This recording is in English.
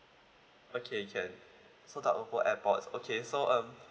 okay can so the purple airpods okay so um